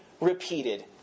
repeated